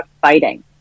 fighting